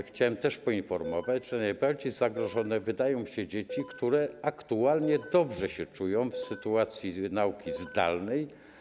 Chciałem też poinformować, że najbardziej zagrożone wydają się dzieci, które aktualnie dobrze się czują w sytuacji nauki zdalnej.